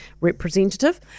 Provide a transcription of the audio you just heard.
representative